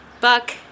Buck